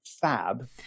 fab